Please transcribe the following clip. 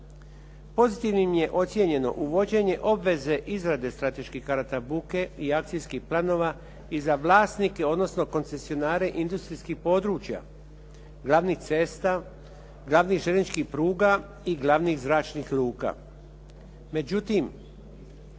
Pozitivnim je ocijenjeno uvođenje obveze izrade strateških karata buke i akcijskih planova i za vlasnike odnosno koncesionare industrijskih područja, glavnih cesta, glavnih željezničkih pruga i glavnih zračnih luka.